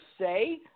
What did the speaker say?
say